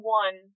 one